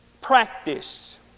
practice